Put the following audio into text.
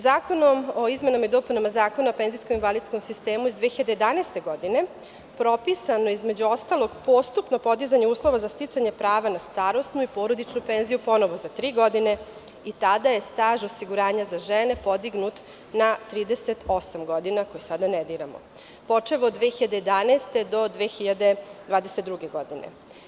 Zakonom o izmenama i dopunama Zakona o penzijsko-invalidskom sistemu iz 2011. godine propisano je, između ostalog, postupno podizanja uslova za sticanje prava na starosnu i porodičnu penziju ponovo za tri godine i tada je staž osiguranja za žene podignut na 38 godina, koji sada ne diramo, počev od 2011. do 2022. godine.